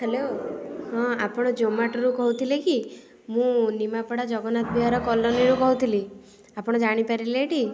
hello ହଁ ଆପଣ ଜୋମାଟୋରୁ କହୁଥିଲେ କି ମୁଁ ନିମାପଡ଼ା ଜଗନ୍ନାଥ ବିହାର କଲୋନୀରୁ କହୁଥିଲି ଆପଣ ଜାଣି ପାରିଲେ